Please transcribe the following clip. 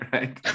Right